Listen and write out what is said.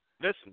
Listen